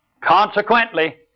Consequently